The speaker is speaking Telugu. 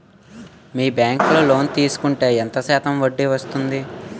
మీ బ్యాంక్ లో లోన్ తీసుకుంటే ఎంత శాతం వడ్డీ పడ్తుంది?